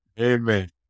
Amen